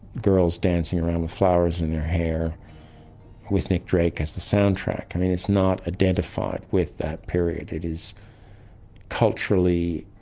girls dancing around with flowers in their hair with nick drake as the soundtrack. it's not identified with that period. it is culturally